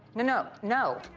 no, no,